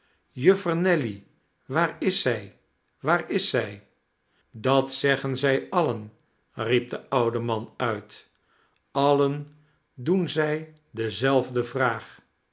jiiffer nelly waar is zij waar is zij dat zeggen zij alien riep de oude man uit allen doen zij dezelfde vraag